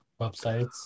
websites